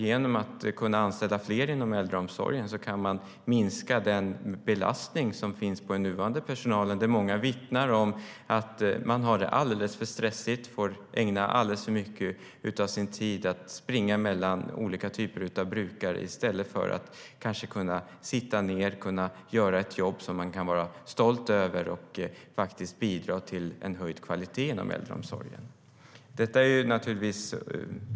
Genom att kunna anställa fler inom äldreomsorgen kan man minska den belastning som finns på den nuvarande personalen. Många vittnar om att man har det alldeles för stressigt. Man får ägna för mycket av sin tid till att springa mellan olika typer av brukare i stället för att kanske kunna sitta ned och göra ett jobb som man kan vara stolt över och bidra till höjd kvalitet inom äldreomsorgen.